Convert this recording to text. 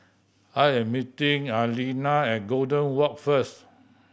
I am meeting Aleena at Golden Walk first